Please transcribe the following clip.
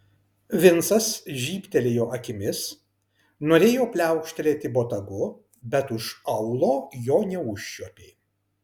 vincas žybtelėjo akimis norėjo pliaukštelėti botagu bet už aulo jo neužčiuopė